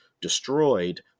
destroyed